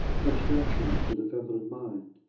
comes naturally to the feminine mind.